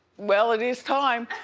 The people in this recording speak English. well it is time